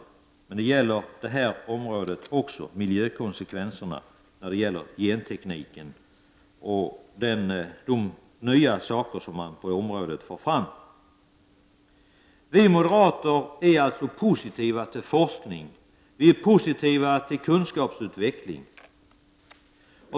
Miljökonsekvensbedömningar är viktiga också beträffande miljökonsekvenserna när det gäller gentekniken och de nya rön som kommer fram. Vi moderater är alltså positiva till forskning och kunskapsutveckling.